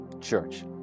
church